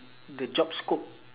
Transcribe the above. the job scope